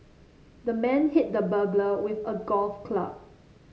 the man hit the burglar with a golf club